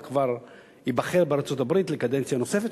כבר ייבחר בארצות-הברית לקדנציה נוספת,